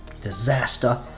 disaster